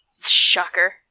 Shocker